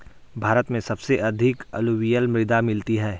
भारत में सबसे अधिक अलूवियल मृदा मिलती है